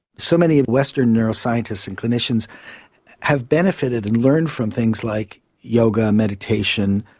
so many western neuroscientists and clinicians have benefited and learned from things like yoga, meditation,